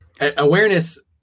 awareness